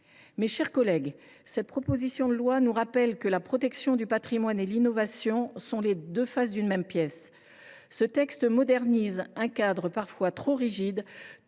Mes chers collègues, l’examen de cette proposition de loi nous rappelle que la protection du patrimoine et l’innovation sont les deux faces d’une même pièce. Ce texte modernise un cadre parfois trop rigide,